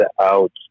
out